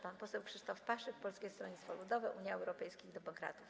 Pan poseł Krzysztof Paszyk, Polskie Stronnictwo Ludowe - Unia Europejskich Demokratów.